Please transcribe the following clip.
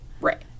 Right